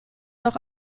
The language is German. doch